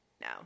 No